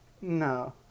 No